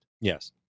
yes